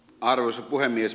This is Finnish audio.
arvoisa puhemies